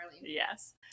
Yes